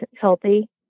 healthy